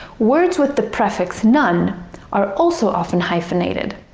words with the prefix non are also often hyphenated.